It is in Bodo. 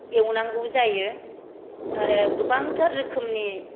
एवनांगौ जायो आरो गोबांथार रोखोमनि